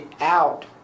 out